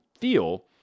feel